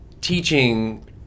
teaching